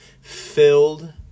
filled